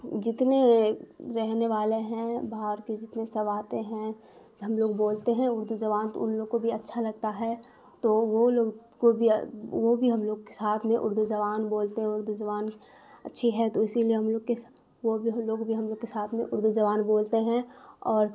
جتنے رہنے والے ہیں باہر کے جتنے سب آتے ہیں کہ ہم لوگ بولتے ہیں اردو زبان تو ان لوگ کو بھی اچھا لگتا ہے تو وہ لوگ کو بھی وہ بھی ہم لوگ کے ساتھ میں اردو زبان بولتے ہیں اردو زبان اچھی ہے تو اسی لیے ہم لوگ کے سا وہ بھی ہم لوگ بھی ہم لوگ کے ساتھ میں اردو زبان بولتے ہیں اور